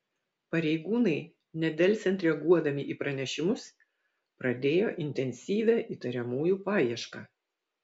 pareigūnai nedelsiant reaguodami į pranešimus pradėjo intensyvią įtariamųjų paiešką